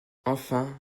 enfin